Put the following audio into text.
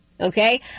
Okay